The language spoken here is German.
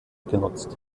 genutzt